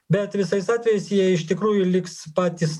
bet visais atvejais jie iš tikrųjų liks patys